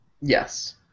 Yes